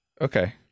Okay